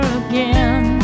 again